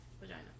vagina